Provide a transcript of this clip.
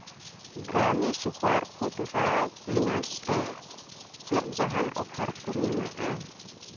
ᱜᱟᱨᱢᱤ super food ᱨᱟᱣ peanuts ᱨᱮ ᱪᱮᱫ ᱡᱟᱦᱟᱱ ᱚᱯᱷᱟᱨ ᱠᱚ ᱢᱮᱱᱟᱜᱼᱟ